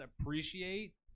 appreciate